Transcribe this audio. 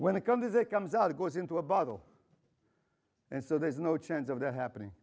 when it comes it comes out it goes into a bottle and so there's no chance of that happening